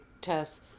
tests